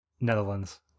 Netherlands